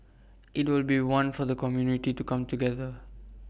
IT will be one for the community to come together